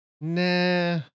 nah